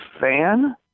fan